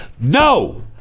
No